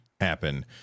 happen